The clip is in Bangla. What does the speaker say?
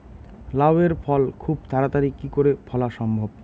লাউ এর ফল খুব তাড়াতাড়ি কি করে ফলা সম্ভব?